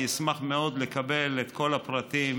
אני אשמח מאוד לקבל את כל הפרטים,